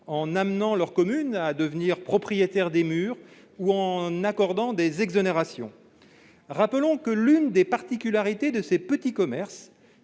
en amenant leurs communes à devenir propriétaires des murs ou en accordant des exonérations. Rappelons que l'une des particularités de ces petits commerces